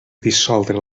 dissoldre